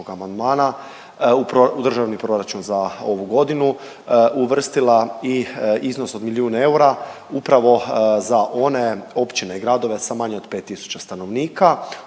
u državni proračun za ovu godinu uvrstila i iznos od milijun eura upravo za one općine i gradove sa manje od 5000 stanovnika